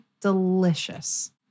delicious